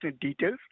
details